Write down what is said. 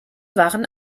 waren